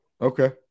Okay